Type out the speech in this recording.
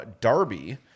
Darby